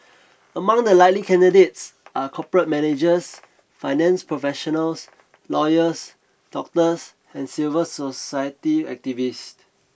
among the likely candidates are corporate managers finance professionals lawyers doctors and civil society activists